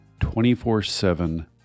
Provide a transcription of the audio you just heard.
24-7